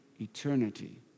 eternity